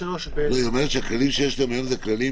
כלומר, היא אומרת שהכללים שיש להם היום זה כללים